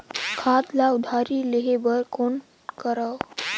खाद ल उधारी लेहे बर कौन करव?